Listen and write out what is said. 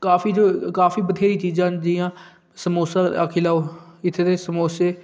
काफी काफी बथ्हेरियां चीजां न जि'यां समोसा आक्खी लैओ इत्थै दे समोसे